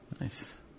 Nice